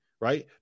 right